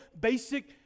basic